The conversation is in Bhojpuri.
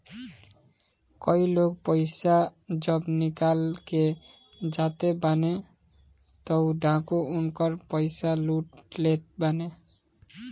कई लोग पईसा जब निकाल के जाते बाने तअ डाकू उनकर पईसा लूट लेत बाने